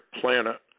planet